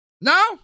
No